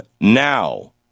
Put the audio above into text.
now